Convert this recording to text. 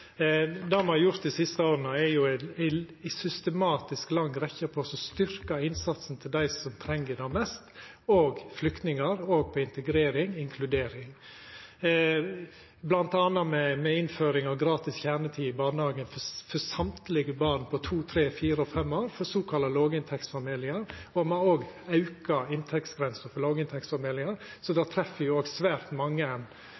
Det me har gjort dei siste åra, er ei systematisk, lang rekkje tiltak for å styrkja innsatsen for dei som treng det mest, òg flyktningar, og for integrering og inkludering, bl.a. med innføring av gratis kjernetid i barnehage for alle barn på to, tre, fire og fem år frå såkalla låginntektsfamiliar. Me har òg auka inntektsgrensa for låginntektsfamiliar, så